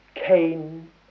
Cain